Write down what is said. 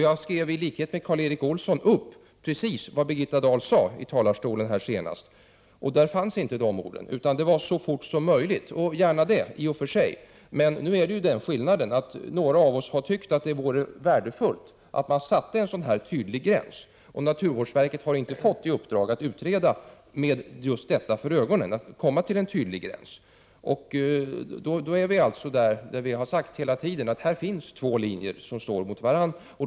Jag skrev i likhet med Karl Erik Olsson upp precis vad Birgitta Dahl sade i talarstolen senast. Där fanns inte de orden, utan det hette ”så fort som möjligt”. Gärna det, i och för sig, men skillnaden är att några av oss har tyckt att det vore värdefullt att man satte en tydlig gräns. Naturvårdsverket har inte fått i uppdrag att utreda med just detta för ögonen. Då är det som vi har sagt hela tiden. Det finns två linjer som står mot varandra.